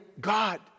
God